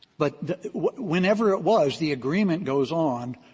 but the whenever it was, the agreement goes on